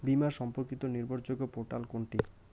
বীমা সম্পর্কিত নির্ভরযোগ্য পোর্টাল কোনটি?